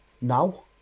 now